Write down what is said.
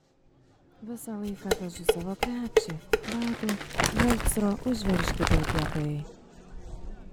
visą laiką vežu savo krepšį batų velcro užveržti per kietai